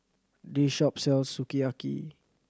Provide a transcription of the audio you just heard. this shop sells Sukiyaki